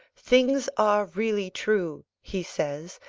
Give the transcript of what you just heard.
things are really true, he says,